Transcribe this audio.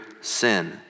sin